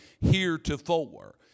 heretofore